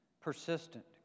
Persistent